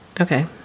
Okay